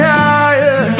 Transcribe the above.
higher